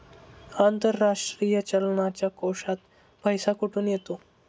आंतरराष्ट्रीय चलनाच्या कोशात पैसा कुठून येतो?